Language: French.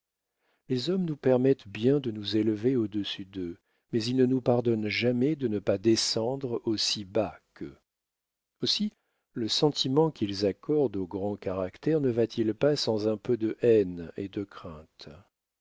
les hommes nous permettent bien de nous élever au-dessus d'eux mais ils ne nous pardonnent jamais de ne pas descendre aussi bas qu'eux aussi le sentiment qu'ils accordent aux grands caractères ne va-t-il pas sans un peu de haine et de crainte